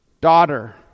Daughter